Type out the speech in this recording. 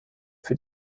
für